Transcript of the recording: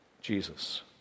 Jesus